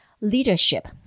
leadership